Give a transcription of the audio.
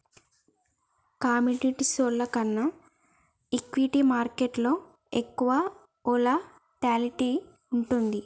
కమోడిటీస్లో కన్నా ఈక్విటీ మార్కెట్టులో ఎక్కువ వోలటాలిటీ వుంటది